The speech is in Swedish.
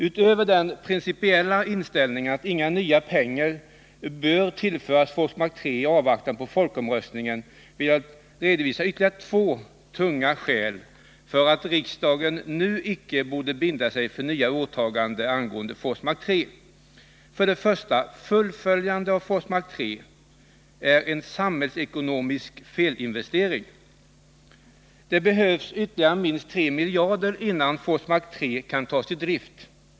Utöver den principiella inställningen, att inga nya pengar bör tillföras Forsmark 3 i avvaktan på folkomröstningen, vill jag redovisa ytterligare två tungt vägande skäl för att riksdagen nu icke borde binda sig för nya åtaganden angående Forsmark 3. För det första är ett fullföljande av Forsmark 3 en samhällsekonomisk felinvestering. Det behövs ytterligare minst 3 miljarder kronor för att man skall kunna ta Forsmark 3 i drift.